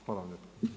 Hvala vam lijepa.